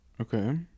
Okay